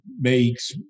makes